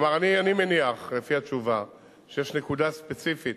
כלומר, אני מניח, לפי התשובה, שיש נקודה ספציפית,